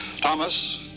Thomas